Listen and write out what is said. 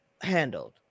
handled